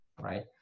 right